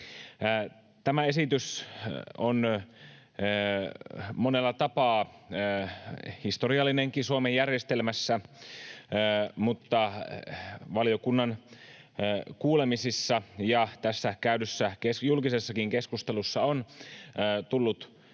Tämä esitys on monella tapaa historiallinenkin Suomen järjestelmässä, mutta valiokunnan kuulemisissa ja tästä käydyssä julkisessakin keskustelussa on tullut